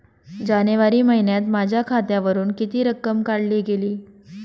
जानेवारी महिन्यात माझ्या खात्यावरुन किती रक्कम काढली गेली?